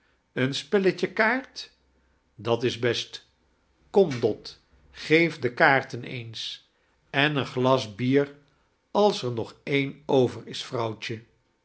een spelletje kaart dat is best kom dot geef de kaarten eens en een glas bder als er nog een over is